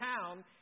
town